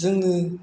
जोंनि